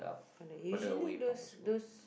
from the usually those those